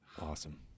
awesome